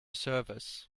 service